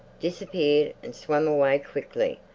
disappeared, and swam away quickly,